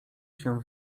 się